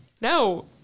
no